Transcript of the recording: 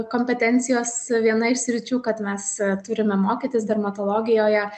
kompetencijos viena iš sričių kad mes turime mokytis dermatologijoje